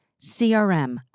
CRM